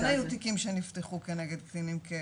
כן היו תיקים שנפתחו נגד קטינים,